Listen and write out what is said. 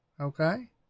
Okay